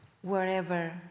wherever